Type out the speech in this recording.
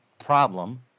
problem